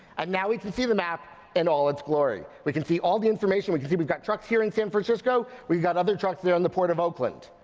and now we can see the map in all its glory. we can see all the information, we can see we've got trucks here in san francisco. we've got other trucks there in the port of oakland.